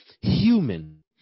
human